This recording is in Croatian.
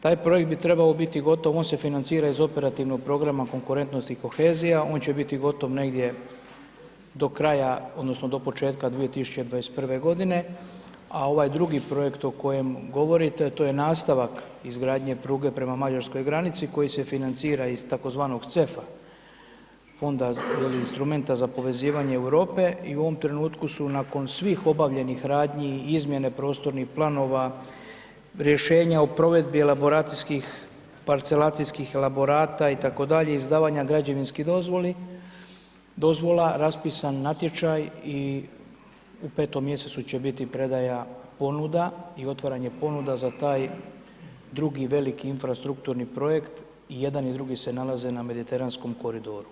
Taj projekt bi trebao biti gotov, on se financira iz Operativnog programa Konkurentnost i kohezija, on će biti gotov negdje do kraja odnosno do početka 2021. godine, a ovaj drugi projekt o kojem govorite, a to je nastavak izgradnje pruge prema Mađarskoj granici, koji se financira iz tzv. CEF-a Fonda instrumenta za povezivanje Europe i u ovom trenutku su nakon svih obavljenih radnji i izmjene prostornih planova, rješenje o provedbi elaboracijskih, parcelacijskih elaborata itd., izdavanja građevinskih dozvola, raspisan natječaj i u petom mjesecu će biti predaja ponuda i otvaranje ponuda za taj drugi veliki infrastrukturni projekt, i jedan i drugi se nalaze na mediteranskom koridoru.